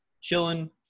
chilling